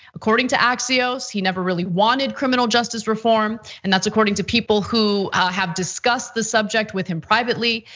according to axios he never really wanted criminal justice reform. and that's according to people who have discussed the subject with him privately.